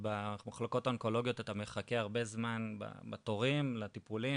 ובמחלקות האונקולוגיות אתה מחכה הרבה זמן בתורים לטיפולים,